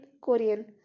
Korean